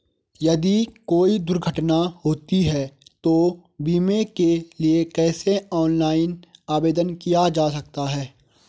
यदि कोई दुर्घटना होती है तो बीमे के लिए कैसे ऑनलाइन आवेदन किया जा सकता है?